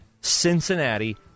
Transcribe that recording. Cincinnati